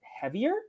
heavier